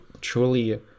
truly